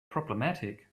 problematic